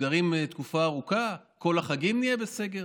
סגרים לתקופה ארוכה, כל החגים נהיה בסגר.